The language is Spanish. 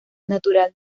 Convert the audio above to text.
natural